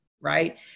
Right